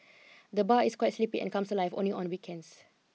the bar is quite sleepy and comes alive only on weekends